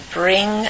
bring